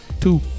Two